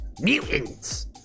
mutants